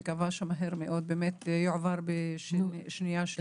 אני מקווה שמהר מאוד זה יעבור בקריאה שנייה ושלישית.